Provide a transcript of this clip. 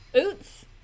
Oops